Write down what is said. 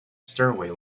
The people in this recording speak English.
stairway